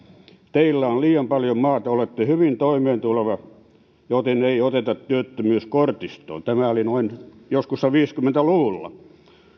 teillä on liian paljon maata olette hyvin toimeentuleva joten ei oteta työttömyyskortistoon tämä oli joskus viisikymmentä luvulla